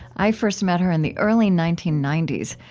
i first met her in the early nineteen ninety s,